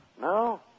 No